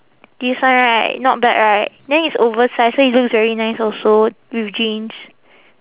this one right not bad right then it's oversized so it looks very nice also with jeans